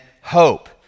hope